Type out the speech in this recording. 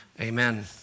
Amen